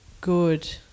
good